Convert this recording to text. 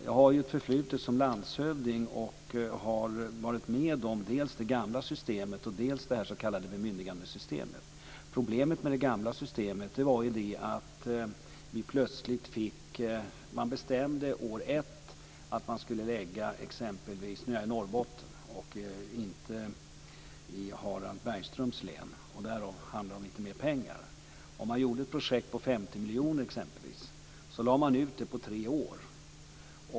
Jag har ju ett förflutet som landshövding och har varit med om dels det gamla systemet, dels det s.k. Problemet med det gamla systemet - och nu är jag i Norrbotten och inte i Harald Bergströms län, därför handlar det om lite mer pengar - var att om man bestämde år ett att man skulle starta ett projekt på exempelvis 50 miljoner, lade man ut det på tre år.